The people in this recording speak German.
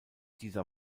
dieser